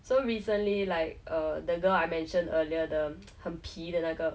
so recently like err the girl I mentioned earlier the 很皮的那个